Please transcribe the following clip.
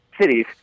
cities